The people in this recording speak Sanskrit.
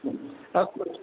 अस्तु